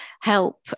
help